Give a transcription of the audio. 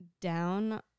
down